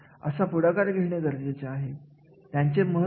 अशा पद्धतीने एखाद्या कार्याचे सगळे पैलू विचारात घ्यावे लागतात